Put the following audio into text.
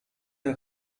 der